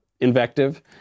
invective